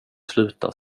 sluta